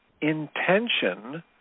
intention